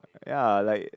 ya like